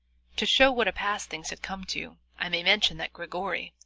to show what a pass things had come to, i may mention that grigory,